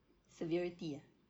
severity ah